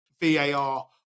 VAR